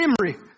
memory